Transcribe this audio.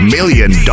Million